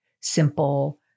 simple